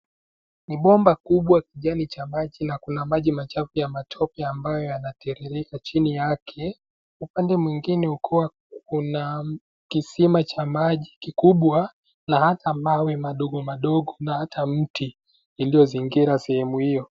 Ni bomba kubwa kijani cha maji na kuna maji machafu ya matope ambayo yanatiririka chini yake, upande mwingine kuwa kuna kisima cha maji kubwa na hata mawe madogo madogo na hata mti iliyozingira sehemu hiyo.